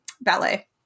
ballet